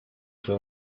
fue